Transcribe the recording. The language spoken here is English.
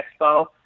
Expo